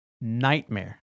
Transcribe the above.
nightmare